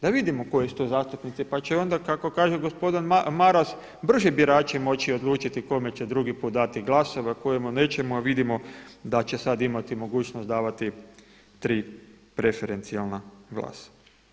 Da vidimo koji su to zastupnici pa će onda kako kaže gospodin Maras brže birači moći odlučiti kome će drugi put dati glasove a kome nećemo a vidimo da će sada imati mogućnost davati tri preferencijalna glasa.